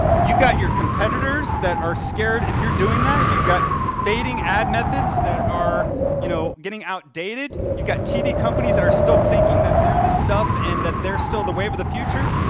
you've got your competitors that are scared if you're doing that, you've got fading ad methods that are you know getting outdated, you've got tv companies that are still thinking that they're the stuff and that they're still the wave of the future.